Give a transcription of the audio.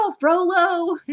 Frollo